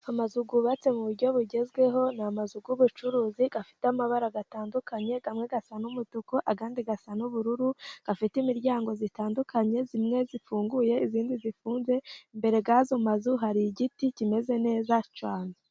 Amazu yubatse mu buryo bugezweho, ni amazu y'ubucuruzi afite amabara atandukanye, amwe asa n'umutuku ayandi asa n'ubururu, afite imiryango itandukanye imwe ifunguye iyindi ifunze, imbere y'ayo mazu hari igiti kimeze neza cyane.